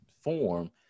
form